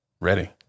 ready